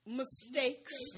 mistakes